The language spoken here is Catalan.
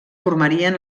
formarien